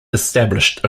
established